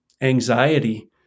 anxiety